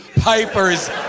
Piper's